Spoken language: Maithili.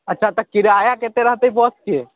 अच्छा तऽ किराआ कतेक रहतै बसके